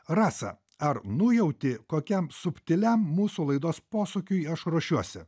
rasa ar nujauti kokiam subtiliam mūsų laidos posūkiui aš ruošiuosi